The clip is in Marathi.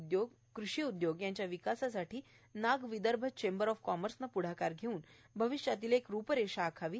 उदयोग कृषी उदयोग यांच्या विकासासाठी नागविदर्भ चेंबर ऑफ कॉमर्सने प्ढाकार घेऊन भविष्यातील एक रुपरेषा आखावी